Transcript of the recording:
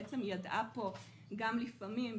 ידעה פה גם לפעמים,